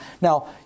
Now